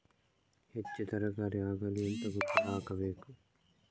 ಹೆಚ್ಚು ತರಕಾರಿ ಆಗಲು ಎಂತ ಗೊಬ್ಬರ ಹಾಕಬೇಕು?